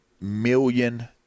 million